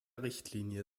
richtlinie